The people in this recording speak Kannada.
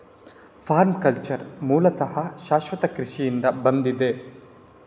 ಪರ್ಮಾಕಲ್ಚರ್ ಮೂಲತಃ ಶಾಶ್ವತ ಕೃಷಿಯಿಂದ ಬಂದಿದೆ